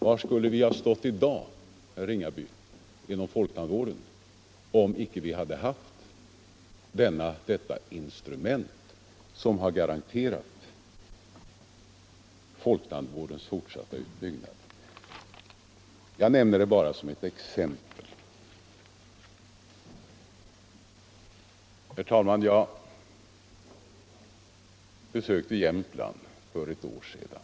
Var skulle vi ha stått i dag, herr Ringaby, inom folktandvården om vi icke hade haft detta instrument, som har garanterat folktandvårdens fortsatta utbyggnad? Jag nämner det bara som ett exempel. Herr talman! Jag besökte Jämtland för något år sedan.